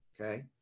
okay